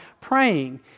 praying